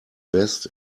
best